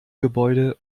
gebäude